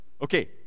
Okay